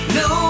no